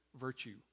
Virtue